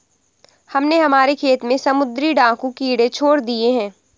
हमने हमारे खेत में समुद्री डाकू कीड़े छोड़ दिए हैं